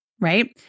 right